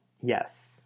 Yes